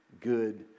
good